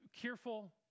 careful